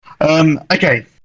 okay